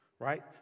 Right